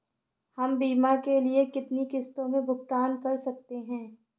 हम बीमा के लिए कितनी किश्तों में भुगतान कर सकते हैं?